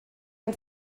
ein